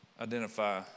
identify